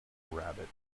rabbit